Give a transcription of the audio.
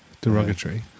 Derogatory